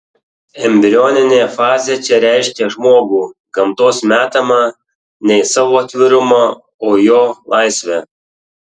embrioninė fazė čia reiškia žmogų gamtos metamą ne į savo atvirumą o į jo laisvę